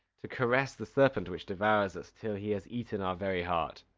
to caress the serpent which devours us, till he has eaten our very heart?